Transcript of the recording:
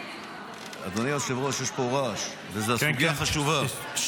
אדוני היושב-ראש, יש פה רעש, וזו סוגיה חשובה.